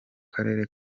karere